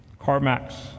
Carmax